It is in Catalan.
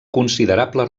considerable